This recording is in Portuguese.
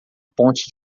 ponte